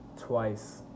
twice